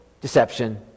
deception